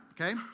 Okay